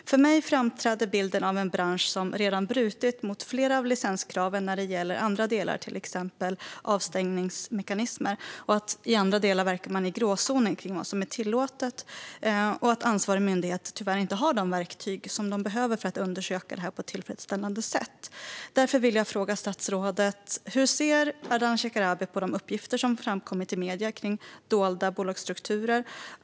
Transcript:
För mig framträder bilden av en bransch som redan brutit mot flera av licenskraven när det gäller vissa delar, till exempel avstängningsmekanismer, och som i andra delar verkar i gråzonen för vad som är tillåtet. Det tycks som om ansvarig myndighet tyvärr inte har de verktyg som de behöver för att undersöka detta på ett tillfredsställande sätt. Därför vill jag fråga statsrådet: Hur ser Ardalan Shekarabi på de uppgifter som framkommit i medier om dolda bolagsstrukturer?